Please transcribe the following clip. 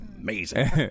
amazing